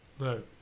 No